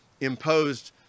imposed